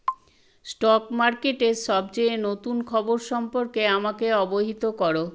stock মার্কেটের সবচেয়ে নতুন খবর সম্পর্কে আমাকে অবহিত করো